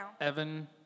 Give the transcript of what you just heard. Evan